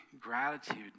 gratitude